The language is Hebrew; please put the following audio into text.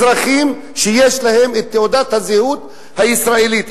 אזרחים שיש להם תעודת זהות ישראלית,